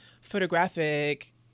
photographic